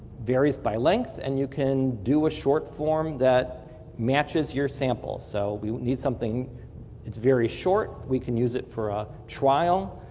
varies by length, and you can do a short form that matches your samples. so we need something very short, we can use it for a trial,